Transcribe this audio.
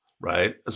right